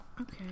Okay